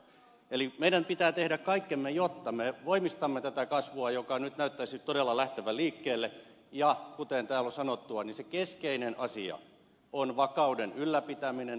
eli meidän pitää tehdä kaikkemme jotta me voimistamme tätä kasvua joka nyt näyttäisi todella lähtevän liikkeelle ja kuten täällä on sanottu se keskeinen asia on vakauden ylläpitäminen